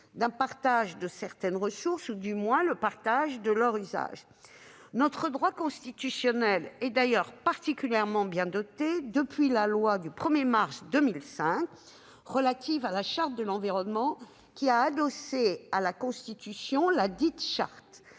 d'un partage de certaines ressources, ou du moins le partage de leur usage. Notre droit constitutionnel est d'ailleurs particulièrement bien doté depuis la loi constitutionnelle du 1 mars 2005 relative à la Charte de l'environnement, qui a adossé ladite Charte